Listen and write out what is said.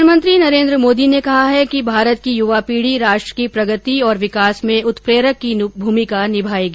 प्रधानमंत्री नरेन्द्र मोदी ने कहा है कि भारत की युवा पीढ़ी राष्ट्र की प्रगति और विकास में उत्प्रेरक की भूमिका निभाएगी